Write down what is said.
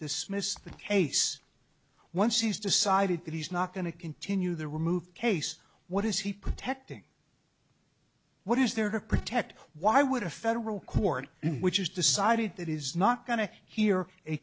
dismiss the case once he's decided that he's not going to continue the removed case what is he protecting what is there to protect why would a federal court which has decided that is not going to hear a